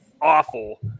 awful